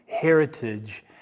heritage